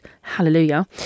Hallelujah